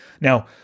Now